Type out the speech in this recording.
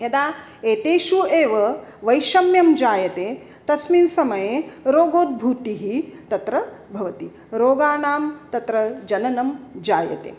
यदा एतेषु एव वैषम्यं जायते तस्मिन् समये रोगोद्भूतिः तत्र भवति रोगाणां तत्र जननं जायते